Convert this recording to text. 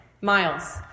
Miles